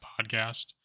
podcast